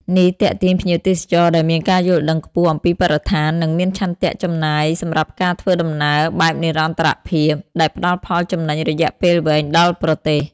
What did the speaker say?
នេះទាក់ទាញភ្ញៀវទេសចរណ៍ដែលមានការយល់ដឹងខ្ពស់អំពីបរិស្ថាន និងមានឆន្ទៈចំណាយសម្រាប់ការធ្វើដំណើរបែបនិរន្តរភាព ដែលផ្តល់ផលចំណេញរយៈពេលវែងដល់ប្រទេស។